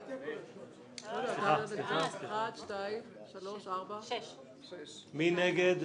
הרביזיה על סעיף 70, 6 נגד,